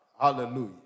hallelujah